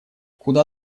куда